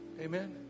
Amen